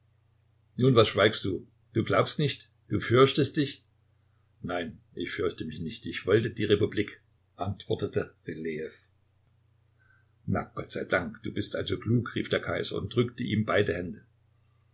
nun was schweigst du du glaubst nicht du fürchtest dich nein ich fürchte mich nicht ich wollte die republik antwortete rylejew na gott sei dank du bist also klug rief der kaiser und drückte ihm beide hände